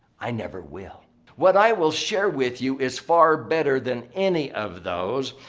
i never will what i will share with you is far better than any of those.